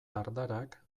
dardarak